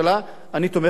אני תומך בהצעת החוק.